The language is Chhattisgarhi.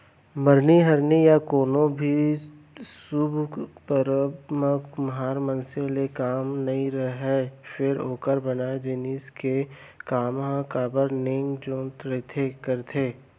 मरनी हरनी या कोनो भी सुभ परब म कुम्हार मनसे ले काम नइ रहय फेर ओकर बनाए जिनिस के काम ह बरोबर नेंग जोग रहिबे करथे